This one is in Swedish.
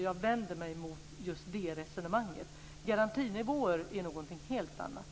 Jag vänder mig mot just det resonemanget. Garantinivåer är något helt annat.